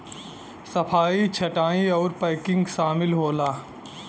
सफाई छंटाई आउर पैकिंग सामिल होला